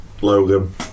Logan